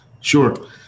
Sure